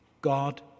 God